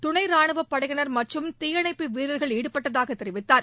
துணை ரானுவ படையினர்மற்றும் தீயணைப்பு வீரர்கள் ஈடுபடுத்தப்பட்டதாக தெரிவித்தார்